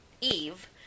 Eve